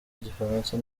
igifaransa